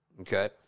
Okay